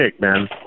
man